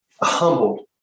humbled